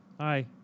Hi